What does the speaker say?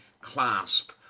clasp